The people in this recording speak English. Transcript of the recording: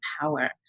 power